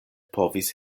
povis